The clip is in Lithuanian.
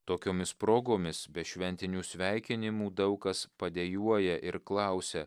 tokiomis progomis be šventinių sveikinimų daug kas padejuoja ir klausia